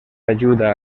ajuda